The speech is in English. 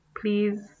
please